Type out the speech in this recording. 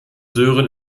sören